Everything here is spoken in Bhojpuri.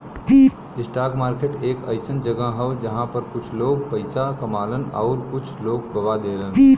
स्टाक मार्केट एक अइसन जगह हौ जहां पर कुछ लोग पइसा कमालन आउर कुछ लोग गवा देलन